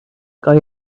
guy